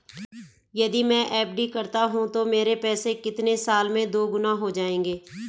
यदि मैं एफ.डी करता हूँ तो मेरे पैसे कितने साल में दोगुना हो जाएँगे?